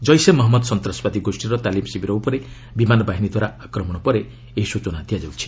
ଜେିସେ ମହମ୍ମଦ ସନ୍ତାସବାଦୀ ଗୋଷ୍ଠୀର ତାଲିମ୍ ଶିବିର ଉପରେ ବିମାନ ବାହିନୀ ଦ୍ୱାରା ଆକ୍ରମଣ ପରେ ଏହି ସ୍ବଚନା ଦିଆଯାଉଛି